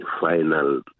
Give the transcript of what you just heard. final